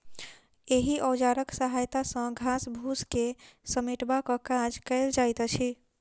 एहि औजारक सहायता सॅ घास फूस के समेटबाक काज कयल जाइत अछि